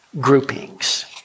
groupings